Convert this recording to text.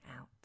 out